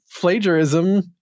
plagiarism